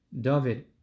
David